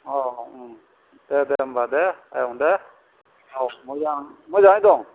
दे दे होनबा दे आयं दे औ मोजां मोजांयै दं